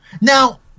Now